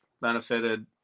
benefited